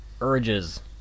urges